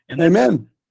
Amen